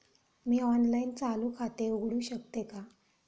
मी online चालू खाते उघडू शकते का?